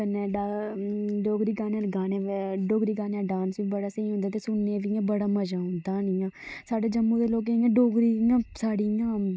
कन्नै डोगरी गाने डोगरी गाने दा डांस बी बड़ा स्हेई होंदा ते सुनने दा जियां बड़ा मजा आंदा इयां साढ़े ज 'म्मू दे लोकें इयां डोगरी इयां साढ़ी इयां